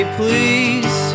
please